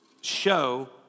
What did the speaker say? show